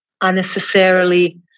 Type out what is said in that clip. unnecessarily